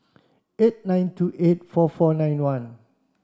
eight nine two eight four four nine one